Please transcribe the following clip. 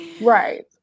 Right